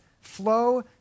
flow